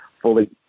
Fully